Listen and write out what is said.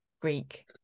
Greek